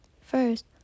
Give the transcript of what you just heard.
First